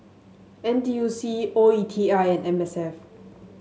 N T U C O E T I and M S F